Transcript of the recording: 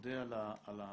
מודה על המצגת